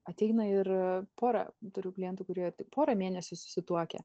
ateina ir porą turiu klientų kurie tik porą mėnesių susituokę